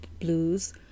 blues